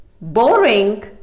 boring